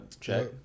Check